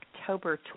October